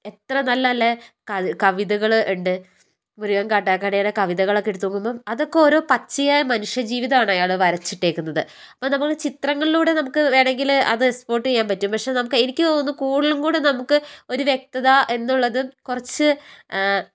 എത്ര നല്ല നല്ല കവിതകള് ഉണ്ട് മുരുകന് കാട്ടാക്കടയുടെ കവിതകളൊക്കെ എടുത്ത് നോക്കുമ്പോള് അതൊക്കെ ഓരോ പച്ചയായ മനുഷ്യജീവിതമാണ് അയാള് വരച്ചിട്ടേക്കുന്നത് അത് നമ്മള് ചിത്രങ്ങളിലൂടെ നമുക്ക് വേണങ്കില് അത് എക്സ്പോട്ട് ചെയ്യാന് പറ്റും പക്ഷേ നമ്മക്ക് എനിക്ക് തോന്നുന്നു കൂടുതലുംകൂടെ നമുക്ക് ഒരു വ്യക്തത എന്നുള്ളത് കുറച്ച്